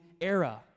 era